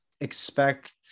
expect